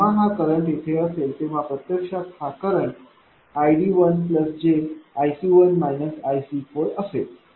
जेव्हा करंट हा येथे असेल तेव्हा प्रत्यक्षात हा करंट id1 j असेल